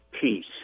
peace